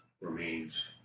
remains